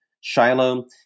Shiloh